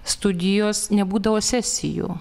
studijos nebūdavo sesijų